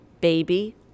baby